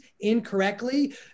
incorrectly